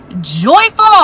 joyful